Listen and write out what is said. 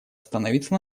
остановиться